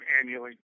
annually